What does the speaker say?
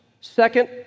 second